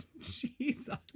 Jesus